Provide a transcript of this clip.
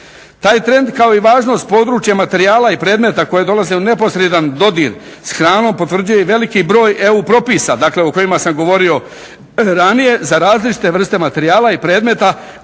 Taj trend kao i važnost područja materijala i predmeta koji dolaze u neposredan dodir sa hranom potvrđuje i veliki broj EU propisa, dakle o kojima sam govorio ranije za različite vrste materijala i predmeta